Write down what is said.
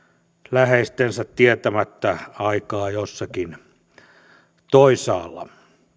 läheistensä tietämättä aikaa jossakin toisaalla